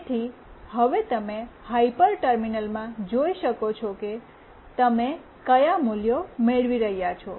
તેથી હવે તમે હાયપર ટર્મિનલમાં જોઈ શકો છો કે તમે કયા મૂલ્યો મેળવી રહ્યા છો